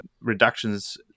reductions